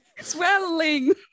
swelling